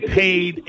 paid